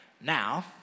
Now